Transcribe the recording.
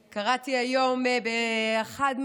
תודה.